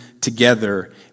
together